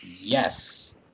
Yes